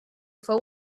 fou